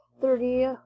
thirty